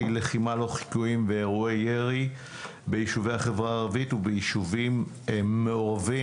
לחימה באופן לא חוקי ואירועי ירי בחברה הערבית ובישובים מעורבים.